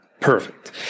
Perfect